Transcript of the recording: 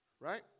Right